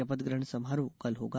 शपथ ग्रहण समारोह कल होगा